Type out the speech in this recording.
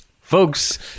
Folks